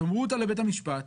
תאמרו אותה לבית המשפט,